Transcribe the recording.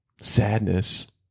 sadness